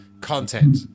content